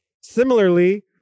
Similarly